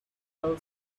fell